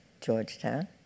Georgetown